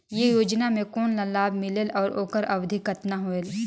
ये योजना मे कोन ला लाभ मिलेल और ओकर अवधी कतना होएल